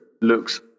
looks